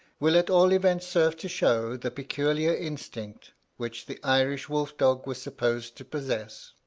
will at all events serve to show the peculiar instinct which the irish wolf-dog was supposed to possess.